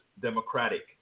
Democratic